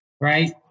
right